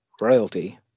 royalty